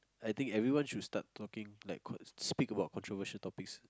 I think everyone should start talking like speak about controversial topics